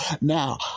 Now